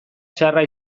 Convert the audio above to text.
txarra